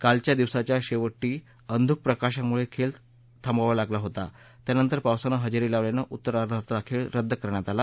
कालच्या दिवसाच्या शेवटी अंधुक प्रकाशामुळे खेळ लवकर थांबवावा लागला होता त्यानंतर पावसानं हजेरी लावल्यानं उत्तरार्धातला खेळ रद्द करण्यात आला